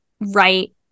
right